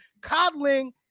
Coddling